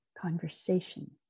conversation